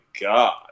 God